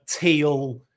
teal